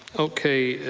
ok.